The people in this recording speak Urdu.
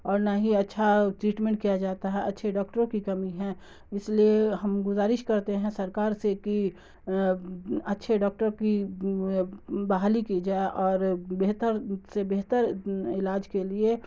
اور نہ ہی اچھا ٹریٹمنٹ کیا جاتا ہے اچھے ڈاکٹروں کی کمی ہے اس لیے ہم گزارش کرتے ہیں سرکار سے کہ اچھے ڈاکٹر کی بحالی کی جائے اور بہتر سے بہتر علاج کے لیے